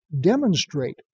demonstrate